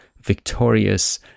victorious